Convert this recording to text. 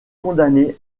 condamnée